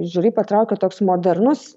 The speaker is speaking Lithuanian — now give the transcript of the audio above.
žiuri patraukė toks modernus